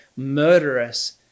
murderous